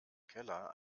keller